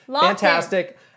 Fantastic